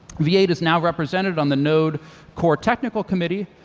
v eight is now represented on the node core technical committee,